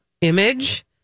image